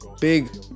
big